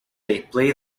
play